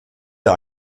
der